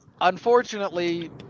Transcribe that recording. Unfortunately